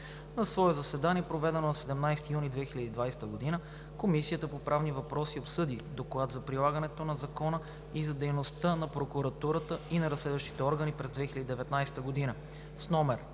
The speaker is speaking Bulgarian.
На свое заседание, проведено на 17 юни 2020 г., Комисията по правни въпроси обсъди Доклад за прилагането на закона и за дейността на прокуратурата и на разследващите органи през 2019 г.,